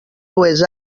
dues